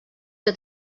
que